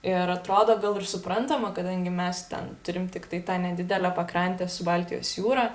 ir atrodo gal ir suprantama kadangi mes ten turim tiktai tą nedidelę pakrantę su baltijos jūra